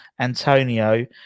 Antonio